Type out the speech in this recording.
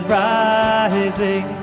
rising